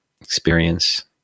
experience